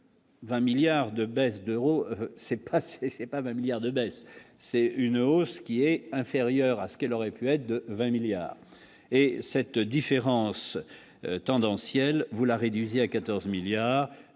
20 milliards de baisses d'euros cette et ce n'est pas 20 milliards de baisse c'est une hausse qui est inférieur à ce qu'elle aurait pu être de 20 milliards et cette différence tendanciel vous la réduisez à 14 milliards,